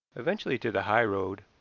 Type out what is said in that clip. eventually to the high road,